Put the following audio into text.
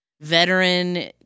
veteran